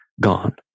gone